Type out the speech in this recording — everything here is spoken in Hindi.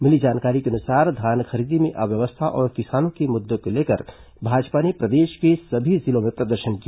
मिली जानकारी के अनुसार धान खरीदी में अव्यवस्था और किसानों के मुद्दों को लेकर भाजपा ने प्रदेश के सभी जिलों में प्रदर्शन किया